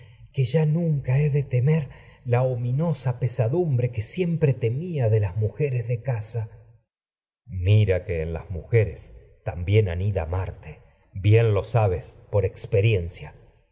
que ya nunca he de temer la ominosa pesadumbre que siempre temía de las mujeres de casa orestes mira que en las mujeres también anida marte bien lo sabes por experiencia